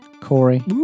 Corey